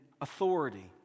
authority